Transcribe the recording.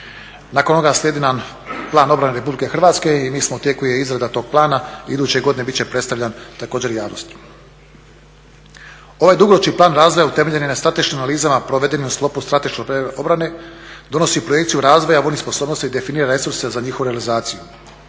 Nakon ovoga slijedi nam plan obrane RH i u tijeku je izrada toga plana. Iduće godine bit će predstavljan također javnosti. Ovaj dugoročni plan razvoja utemeljen je na strateškim analizama provedenim u sklopu strateškog plana obrane, donosi projekciju razvoja vojnih sposobnosti i definira resurse za njihovu realizaciju.